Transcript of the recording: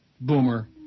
Boomer